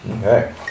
Okay